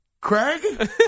Craig